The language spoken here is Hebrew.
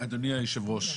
אדוני היושב ראש,